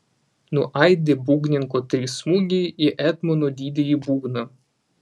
nuaidi būgnininko trys smūgiai į etmono didįjį būgną